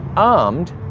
armed,